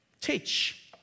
teach